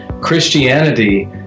Christianity